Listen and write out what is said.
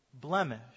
blemish